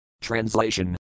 Translation